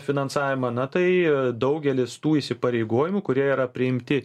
finansavimą na tai daugelis tų įsipareigojimų kurie yra priimti